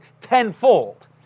tenfold